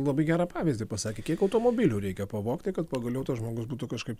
labai gerą pavyzdį pasakė kiek automobilių reikia pavogti kad pagaliau tas žmogus būtų kažkaip